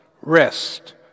rest